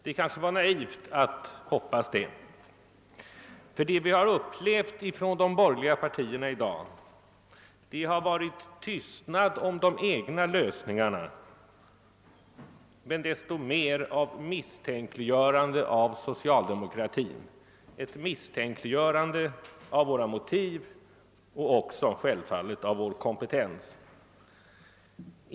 Det var kanske naivt att hoppas det, ty de borgerliga partiledamöternas debattinlägg i dag har inte innehållit något om de egna lösningarna. Desto mer har man försökt misstänkliggöra socialdemokratin — ett misstänkliggörande av våra motiv och också, självfallet, av vår kompetens.